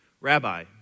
Rabbi